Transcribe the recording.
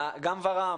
גם ור"מ